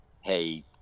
hey